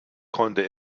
konnte